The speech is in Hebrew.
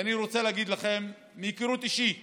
ואני רוצה להגיד לכם מהיכרות אישית